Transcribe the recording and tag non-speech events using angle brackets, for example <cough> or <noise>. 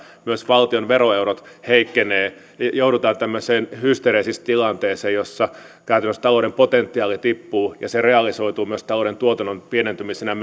myös valtion veroeurot heikkenevät joudutaan tämmöiseen hysteeriseen tilanteeseen jossa käytännössä talouden potentiaali tippuu ja se realisoituu myös talouden tuotannon pienentymisenä <unintelligible>